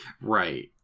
Right